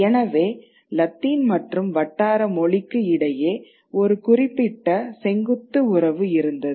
எனவே லத்தீன் மற்றும் வட்டார மொழிக்கு இடையே ஒரு குறிப்பிட்ட செங்குத்து உறவு இருந்தது